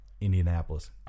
Indianapolis